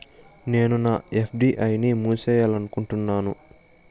నేను నా ఎఫ్.డి ని మూసేయాలనుకుంటున్నాను